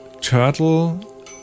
turtle